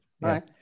right